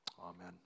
Amen